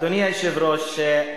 אדוני היושב-ראש,